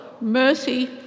mercy